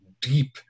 deep